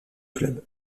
club